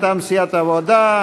מטעם סיעת העבודה.